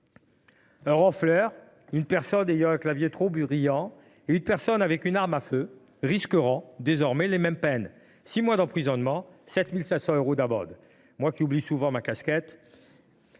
Un ronfleur, un passager ayant un clavier trop bruyant et une personne transportant une arme à feu risqueront désormais les mêmes peines : six mois d’emprisonnement et 7 500 euros d’amende – moi qui oublie souvent ma casquette…